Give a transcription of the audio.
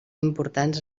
importants